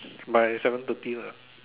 by seven thirty lah